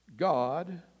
God